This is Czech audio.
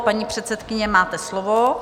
Paní předsedkyně, máte slovo.